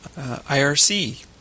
IRC